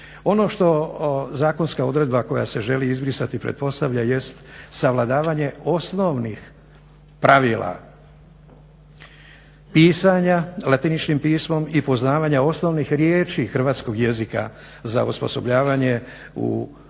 Ono što zakonska odredba koja se želi izbrisati pretpostavlja jest savladavanje osnovnih pravila pisanja latiničnim pismom i poznavanja osnovnih riječi hrvatskog jezika za osposobljavanje u